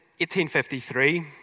1853